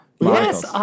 Yes